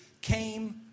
came